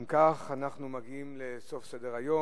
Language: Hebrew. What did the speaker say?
אם כך, אנחנו מגיעים לסוף סדר-היום.